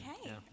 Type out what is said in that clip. Okay